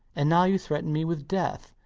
and now you threaten me with death.